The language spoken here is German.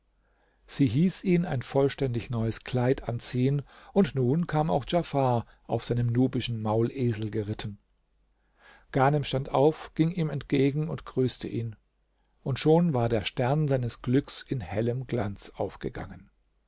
sie hieß ihn ein vollständig neues kleid anziehen und nun kam auch djafar auf seinem nubischen maulesel geritten ghanem stand auf ging ihm entgegen und grüßte ihn und schon war der stern seines glücks in hellem glanz aufgegangen